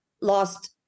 lost